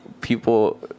people